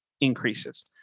increases